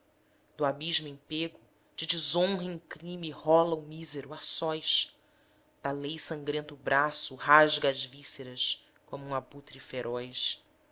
do abismo em pego de desonra em crime rola o mísero a sós da lei sangrento o braço rasga as vísceras como o abutre feroz